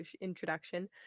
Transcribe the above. introduction